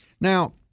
Now